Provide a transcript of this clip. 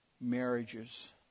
marriages